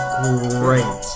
great